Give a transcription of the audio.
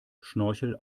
schnorchel